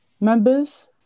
members